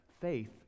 faith